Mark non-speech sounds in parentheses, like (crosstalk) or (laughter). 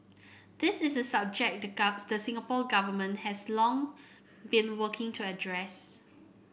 this is a subject the (unintelligible) the Singapore Government has long been working to address